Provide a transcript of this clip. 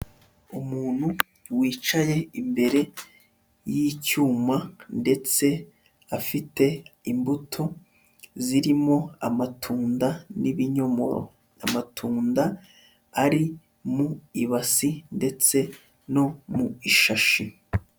Umuntu wicaye imbere y'icyuma ndetse afite imbuto zirimo amatunda n'ibinyomoro, amatunda ari mu ibasi ndetse no mu ishashi.